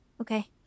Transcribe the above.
Okay